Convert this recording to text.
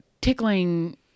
tickling